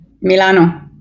Milano